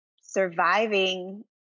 surviving